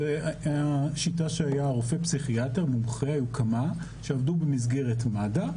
זו השיטה שהיה רופא פסיכיאטר מומחה שעבדו במסגרת מד"א.